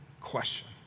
question